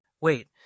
Wait